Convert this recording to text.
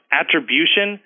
attribution